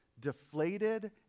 deflated